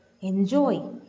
Enjoy